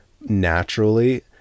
naturally